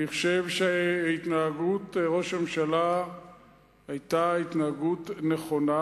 אני חושב שהתנהגות ראש הממשלה היתה התנהגות נכונה,